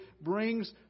brings